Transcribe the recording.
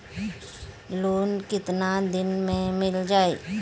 Loan कितना दिन में मिल जाई?